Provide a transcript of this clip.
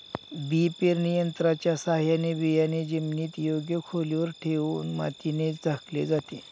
बी पेरणी यंत्राच्या साहाय्याने बियाणे जमिनीत योग्य खोलीवर ठेवून मातीने झाकले जाते